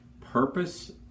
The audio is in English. purpose